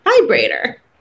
vibrator